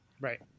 right